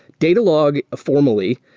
datalog, formally,